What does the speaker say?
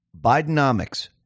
Bidenomics